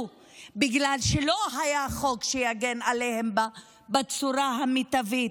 בגלל שלא היה חוק שיגן עליהן בצורה המיטבית,